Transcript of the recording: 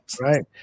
Right